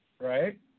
Right